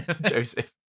Joseph